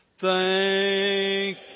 Thank